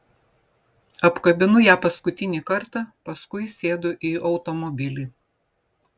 apkabinu ją paskutinį kartą paskui sėdu į automobilį